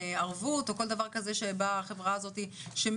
ערבות או כל דבר כזה שנותנת החברה הזאת שהולכת